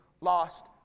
lost